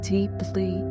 Deeply